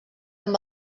amb